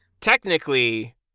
Technically